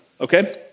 okay